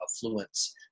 affluence